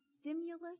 stimulus